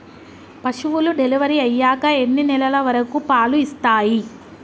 పశువులు డెలివరీ అయ్యాక ఎన్ని నెలల వరకు పాలు ఇస్తాయి?